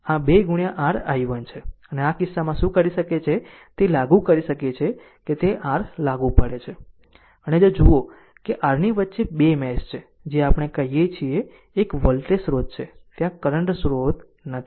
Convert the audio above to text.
આમ આ કિસ્સામાં શું કરી શકે છે તે લાગુ કરી શકે છે તે r લાગુ પડે છે અને જો જુઓ કે r ની વચ્ચે 2 મેશ છે જે આપણે કહીએ છીએ એક વોલ્ટેજ સ્ત્રોત છે ત્યાં એક કરંટ સ્રોત નથી